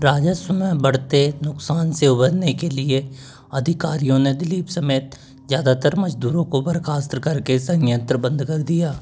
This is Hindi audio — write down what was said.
राजस्व में बढ़ते नुकसान से उबरने के लिए अधिकारियों ने दिलीप समेत ज्यादातर मजदूरों को बर्खास्त करके संयंत्र बंद कर दिया